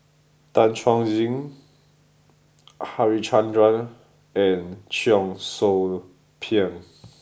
Tan Chuan Jin Harichandra and Cheong Soo Pieng